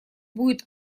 будет